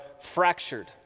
fractured